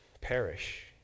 perish